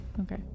Okay